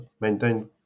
maintain